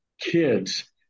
kids